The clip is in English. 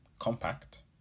compact